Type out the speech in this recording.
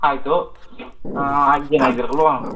ಆಯಿತು ಆರು ಜನ ಇದ್ದೀರಲ್ವಾ